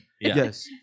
Yes